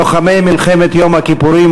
לוחמי מלחמת יום הכיפורים,